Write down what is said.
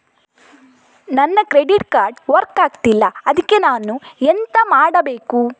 ನನ್ನ credit card work ಆಗ್ತಿಲ್ಲ ಅದ್ಕೆ ನಾನು ಎಂತ ಮಾಡಬೇಕು?